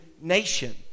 nation